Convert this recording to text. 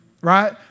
right